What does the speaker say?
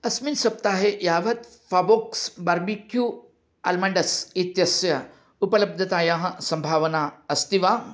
अस्मिन् सप्ताहे यावत् फ़ाबोक्स् बार्बिक्यू आल्माण्डस् इत्यस्य उपलब्धतायाः सम्भावना अस्ति वा